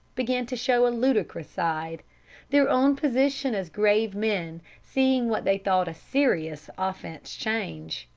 began to show a ludicrous side their own position as grave men seeing what they thought a serious offense change,